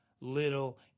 little